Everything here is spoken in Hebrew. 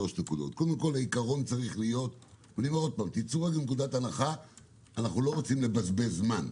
שלוש נקודות: קודם כול צאו מנקודת הנחה שאנחנו לא רוצים לבזבז זמן.